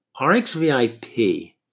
RXVIP